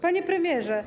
Panie Premierze!